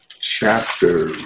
chapter